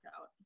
out